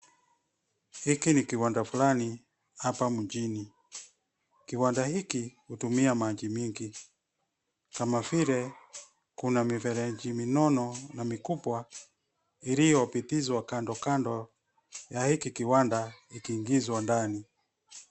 Hiki ni kiwanda fulani hapa mjini. Kiwanda hiki hutumia maji mingi ,kama vile kuna mifereji minono na mikubwa iliyopitishwa kando kando ya hiki kiwanda ikiingizwa ndani.